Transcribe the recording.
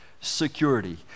security